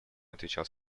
отвечал